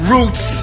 Roots